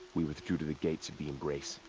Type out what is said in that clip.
we withdrew to the gates of the embrace.